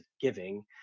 giving